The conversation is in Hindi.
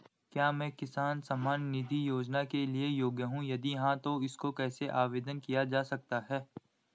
क्या मैं किसान सम्मान निधि योजना के लिए योग्य हूँ यदि हाँ तो इसको कैसे आवेदन किया जा सकता है?